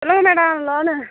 சொல்லுங்கள் madam loan